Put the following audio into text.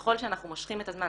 ככל שאנחנו מושכים את הזמן,